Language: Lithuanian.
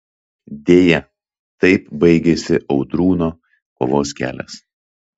deja taip baigėsi audrūno kovos kelias